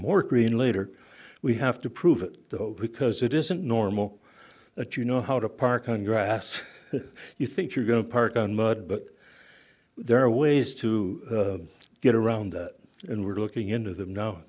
kareen later we have to prove it though because it isn't normal that you know how to park on grass you think you're going to park on mud but there are ways to get around and we're looking into them now